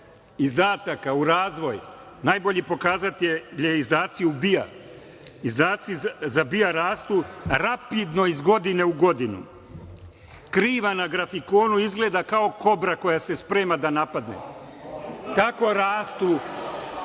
izdataka u razvoj najbolji pokazatelj su izdaci u BIA, izdaci za BIA rastu rapidno iz godine u godinu. Kriva na grafikonu izgleda kao kobra koja se sprema da napadne. Tako rastu,